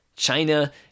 China